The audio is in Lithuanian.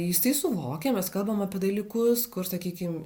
jisai suvokia mes kalbam apie dalykus kur sakykim